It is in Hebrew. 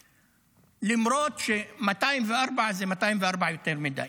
למרות, 204 זה 204 יותר מדי,